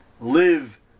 live